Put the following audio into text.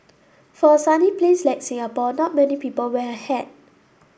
for a sunny place like Singapore not many people wear a hat